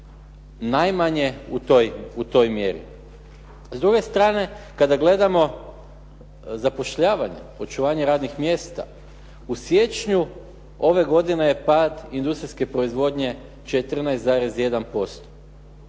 najmanje u toj mjeri. S druge strane, kada gledamo zapošljavanje, očuvanje radnih mjesta u siječnju ove godine je pad industrijske proizvodnje 14,1%.